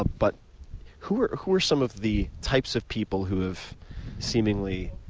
ah but who are who are some of the types of people who have seemingly